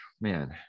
man